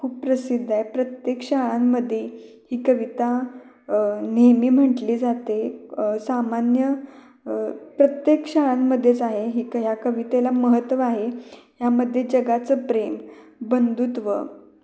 खूप प्रसिद्ध आहे प्रत्येक शाळांमध्ये ही कविता नेहमी म्हटली जाते सामान्य प्रत्येक शाळांमध्येच आहे हि ह्या कवितेला महत्त्व आहे ह्यामध्ये जगाचं प्रेमबंधुत्व